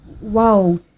wow